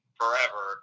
forever